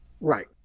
Right